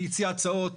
והיא הציעה הצעות